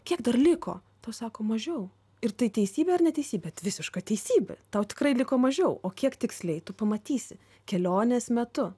kiek dar liko tau sako mažiau ir tai teisybė ar neteisybė visiška teisybė tau tikrai liko mažiau o kiek tiksliai tu pamatysi kelionės metu